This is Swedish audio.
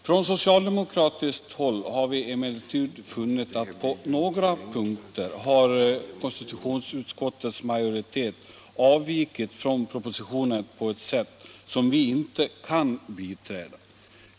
Från socialdemokratiskt håll har vi emellertid funnit att konstitutionsutskottets majoritet på några punkter har avvikit från propositionen på ett sätt som vi inte kan biträda.